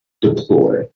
deploy